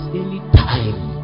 anytime